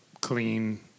clean